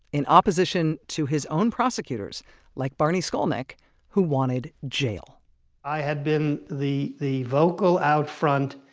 in opposition to his own prosecutors like barney skolnik who wanted jail i had been the the vocal out front